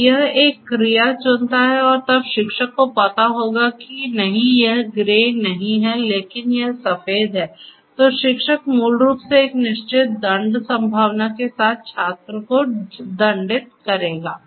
तो यह एक क्रिया चुनता है और तब शिक्षक को पता होगा कि नहीं यह ग्रे नहीं है लेकिन यह सफेद है तो शिक्षक मूल रूप से एक निश्चित दंड संभावना के साथ छात्र को दंडित करेगा